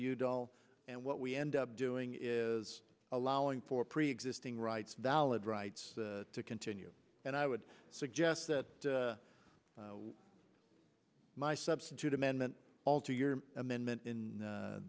yoo doll and what we end up doing is allowing for preexisting rights valid rights to continue and i would suggest that my substitute amendment alter your amendment in